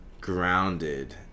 grounded